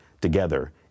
together